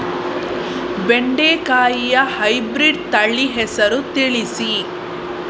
ಬೆಂಡೆಕಾಯಿಯ ಹೈಬ್ರಿಡ್ ತಳಿ ಹೆಸರು ತಿಳಿಸಿ?